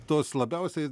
tos labiausiai